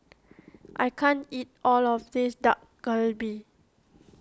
I can't eat all of this Dak Galbi